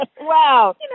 Wow